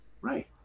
Right